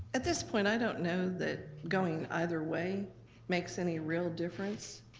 at this point, i don't know that going either way makes any real difference,